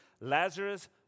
Lazarus